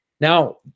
now